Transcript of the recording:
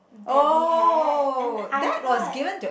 that we had and I thought